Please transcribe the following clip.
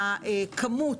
הכמות,